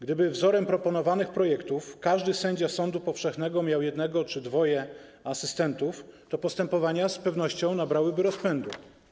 Gdyby, wzorem proponowanych projektów, każdy sędzia sądu powszechnego miał jednego czy dwoje asystentów, to postępowania z pewnością nabrałyby rozpędu.